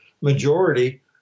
majority